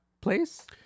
place